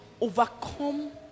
overcome